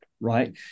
right